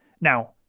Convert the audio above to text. Now